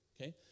Okay